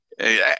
Hey